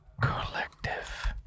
COLLECTIVE